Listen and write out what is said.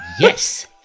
Yes